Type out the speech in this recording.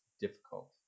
difficult